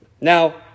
Now